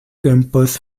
campus